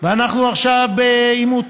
ואנחנו עכשיו בעימות,